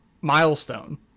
milestone